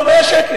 לא, 100 שקל.